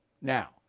Now